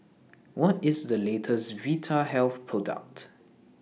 What IS The latest Vitahealth Product